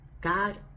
God